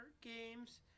games